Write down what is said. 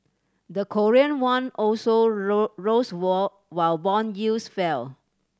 the Korean won also rose all while bond yields fell